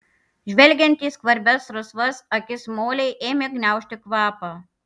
žvelgiant į skvarbias rusvas akis molei ėmė gniaužti kvapą